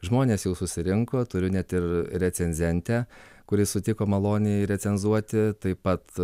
žmonės jau susirinko turiu net ir recenzentę kuri sutiko maloniai recenzuoti taip pat